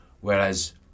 whereas